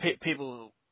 people